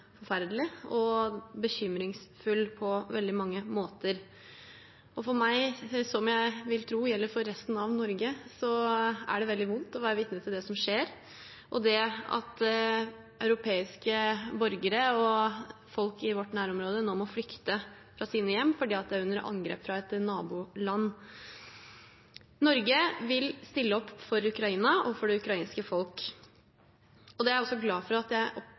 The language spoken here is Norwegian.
forferdelig og bekymringsfull på veldig mange måter. For meg, og som jeg vil tro også gjelder for resten av Norge, er det veldig vondt å være vitne til det som skjer, at europeiske borgere og folk i vårt nærområde nå må flykte fra sine hjem fordi de er under angrep fra et naboland. Norge vil stille opp for Ukraina og for det ukrainske folk. Det er jeg glad for at jeg